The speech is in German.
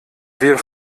wir